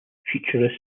future